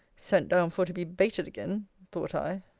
sent down for to be baited again, thought i!